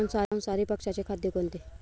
मांसाहारी पक्ष्याचे खाद्य कोणते?